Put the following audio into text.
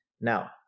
Now